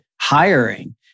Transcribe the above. hiring